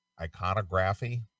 Iconography